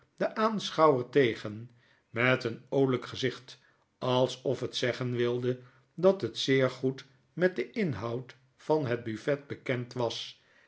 den aanschouwer tegen met een oolyk gezicht alsof het zeggen wilde dat het zeer goed met den inhoud van het buffet bekend was